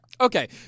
Okay